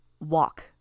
Walk